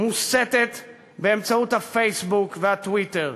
מוסתת באמצעות הפייסבוק והטוויטר.